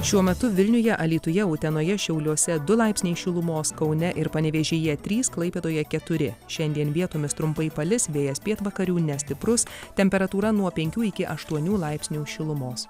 šiuo metu vilniuje alytuje utenoje šiauliuose du laipsniai šilumos kaune ir panevėžyje trys klaipėdoje keturi šiandien vietomis trumpai palis vėjas pietvakarių nestiprus temperatūra nuo penkių iki aštuonių laipsnių šilumos